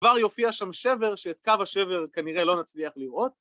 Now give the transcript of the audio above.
‫כבר יופיע שם שבר ‫שאת קו השבר כנראה לא נצליח לראות.